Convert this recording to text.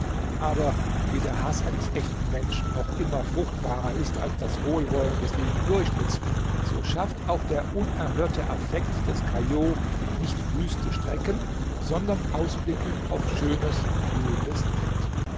aber wie der haß eines echten menschen noch immer fruchtbarer ist als das wohlwollen des lieben durchschnitts so schafft auch der unerhörte affekt des caillaux nicht wüste strecken sondern ausblicke auf schönes blühendes land